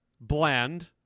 Blend